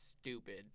Stupid